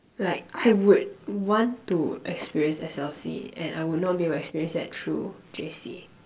like I would want to experience S_L_C and I would not bring my experience that through J_C